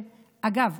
אגב,